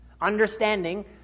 understanding